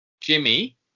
Jimmy